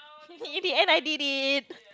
in the end I did it